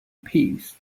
peace